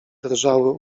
drżały